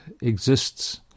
exists